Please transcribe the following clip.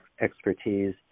expertise